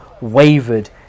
wavered